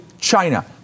China